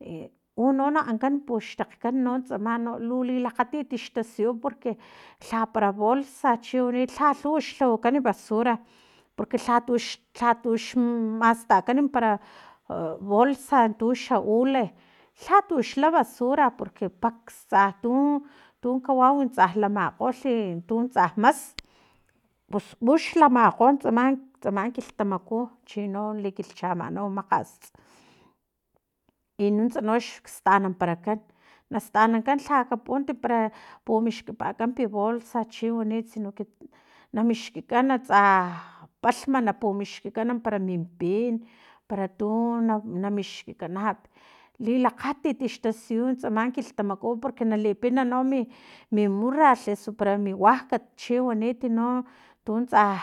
I uno na ankan puxtakgkan no tsama no lu lilakgatit xtasiyu porque lha para bolsa chiwani lha lhuw xlhawakan basura porque lhatux lhatux mastakan para bolsa tu xa ule lhatuxla basura porque paksta tu tun kawau tsa lamakgolhi tu tsa mas pus uxla makgo tsama tsama kilhtamaku chino likilhchamanau makgats i nuntsa no xtanamparakan nastanankan lha ka puant para pumixkipakan bolsa chi wanit sino que na mixkikan tsa palhma na pumixkikan para minpin para tu na mixkikanap lilakgatit xtasiyu tsama kilhtamaku porque na lipina no mi murralh osu para mi wuakat chiwanit no tsa